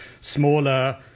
smaller